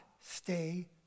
stay